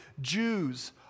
Jews